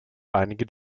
einige